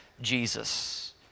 Jesus